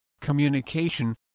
communication